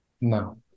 No